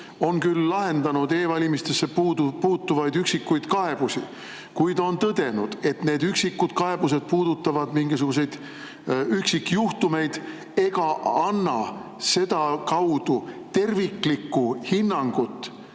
on küll lahendanud e‑valimistesse puutuvaid üksikuid kaebusi, kuid on tõdenud, et need üksikud kaebused puudutavad mingisuguseid üksikjuhtumeid ega anna sedakaudu terviklikku hinnangut